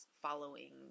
following